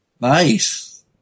Nice